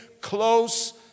close